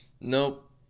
Nope